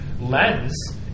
lens